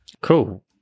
Cool